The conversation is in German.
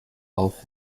auch